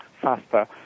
faster